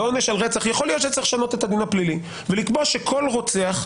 יכול להיות שצריך לשנות את הדין הפלילי ולקבוע שכל רוצח,